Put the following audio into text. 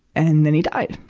and then he died,